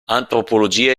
antropologia